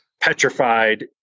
petrified